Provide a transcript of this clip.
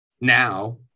now